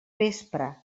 vespre